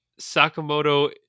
Sakamoto